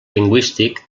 lingüístic